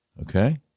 Okay